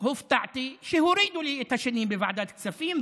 הופתעתי שהורידו לי את השני בוועדת הכספים,